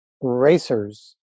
racers